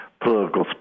political